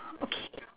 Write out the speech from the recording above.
okay